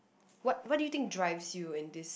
what what do you think drives you in this